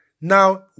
Now